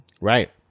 Right